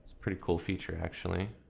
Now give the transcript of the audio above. pretty cool feature actually.